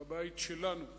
בבית שלנו,